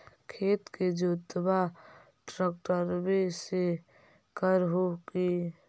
खेत के जोतबा ट्रकटर्बे से कर हू की?